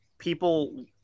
people